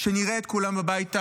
שנראה את כולם בבית במהרה.